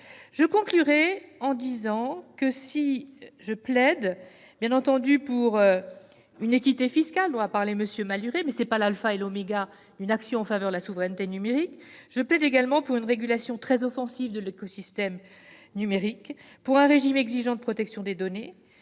nous en dire plus. Si je plaide, bien entendu, pour l'équité fiscale qu'a évoquée M. Malhuret, celle-ci n'est pas l'alpha et l'oméga d'une action en faveur de la souveraineté numérique, et je plaide aussi pour une régulation très offensive de l'écosystème numérique, pour un régime exigeant de protection des données,